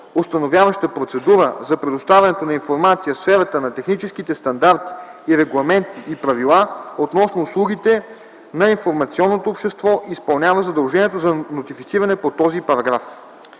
установяваща процедура за предоставянето на информация в сферата на техническите стандарти и регламенти и правила относно услугите на информационното общество, изпълнява задължението за нотифициране по този параграф.”